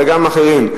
וגם אחרים.